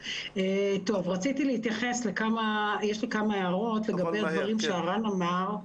יש לי כמה הערות לגבי דברים שהרן רייכמן אמר.